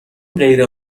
غیر